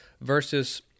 versus